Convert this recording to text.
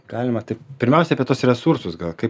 galima taip pirmiausiai apie tuos resursus gal kaip